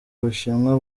bushinwa